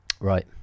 Right